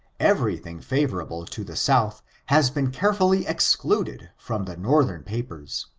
everything favorable to the south has been carefully excluded from the northern papers.